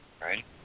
right